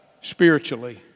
spiritually